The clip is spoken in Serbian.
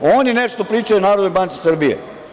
Oni nešto pričaju o Narodnoj banci Srbije.